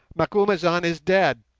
macumazahn is dead!